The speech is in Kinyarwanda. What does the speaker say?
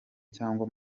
cyangwa